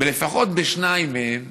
ולפחות בשניים מהם